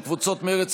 של קבוצות מרצ,